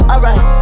Alright